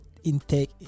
Intake